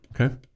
Okay